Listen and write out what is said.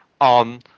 on